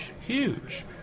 huge